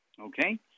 okay